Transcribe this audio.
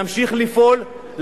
נמשיך לפעול,